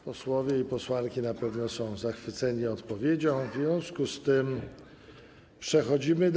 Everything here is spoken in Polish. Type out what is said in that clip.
Posłowie i posłanki na pewno są zachwyceni odpowiedzią, w związku z tym przechodzimy dalej.